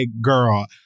girl